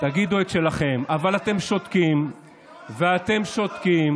תגידו את שלכם, לא מקובל עלינו שאתם,